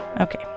Okay